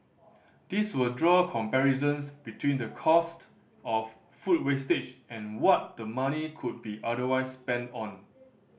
these will draw comparisons between the cost of food wastage and what the money could be otherwise spent on